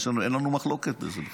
אין לנו מחלוקת על זה בכלל.